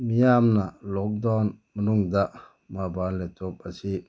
ꯃꯤꯌꯥꯝꯅ ꯂꯣꯛꯗꯥꯎꯟ ꯃꯅꯨꯡꯗ mobile laptop ꯑꯁꯤ